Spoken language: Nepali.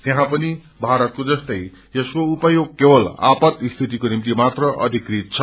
तयहाँ पनि भारतको जस्तै यसको उपयोग केवल आपात स्थितिको निमित मात्र अधिकृत छ